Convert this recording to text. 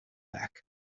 back